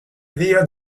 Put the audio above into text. via